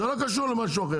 זה לא קשור למשהו אחר.